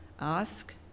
ask